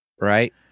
Right